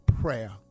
Prayer